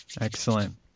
Excellent